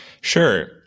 Sure